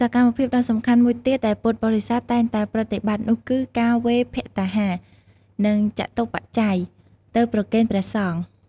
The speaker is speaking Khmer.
សកម្មភាពដ៏សំខាន់មួយទៀតដែលពុទ្ធបរិស័ទតែងតែប្រតិបត្តិនោះគឺ ការវេរភត្តាហារ និងចតុបច្ច័យ ទៅប្រគេនព្រះសង្ឃ។